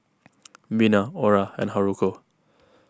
Bina Ora and Haruko